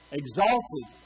exalted